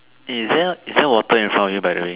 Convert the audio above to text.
is there is there water in front of you by the way